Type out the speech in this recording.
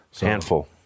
Handful